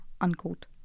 unquote